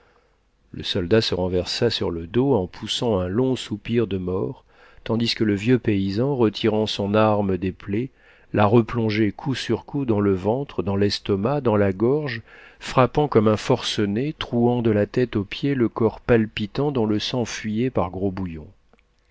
le soldat se renversa sur le dos en poussant un long soupir de mort tandis que le vieux paysan retirant son arme des plaies la replongeait coup sur coup dans le ventre dans l'estomac dans la gorge frappant comme un forcené trouant de la tête aux pieds le corps palpitant dont le sang fuyait par gros bouillons